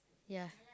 ya